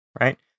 Right